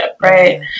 right